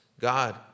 God